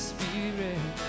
Spirit